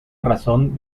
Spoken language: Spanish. razón